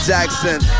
Jackson